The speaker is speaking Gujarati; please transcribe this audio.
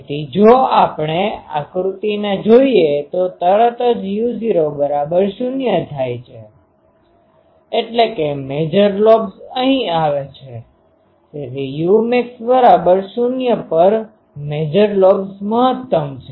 તેથી જો આપણે આકૃતિને જોઈએ તો તરત જ u0૦ થાય છે એટલે કે મેજર લોબ્સ અહીં આવે છે તેથી umax ૦ પર મેજર લોબ્સ મહત્તમ છે